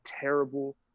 terrible